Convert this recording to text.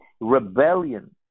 rebellion